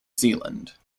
zealand